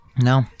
No